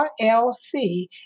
RLC